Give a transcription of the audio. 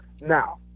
Now